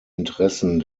interessen